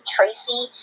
Tracy